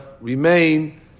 remain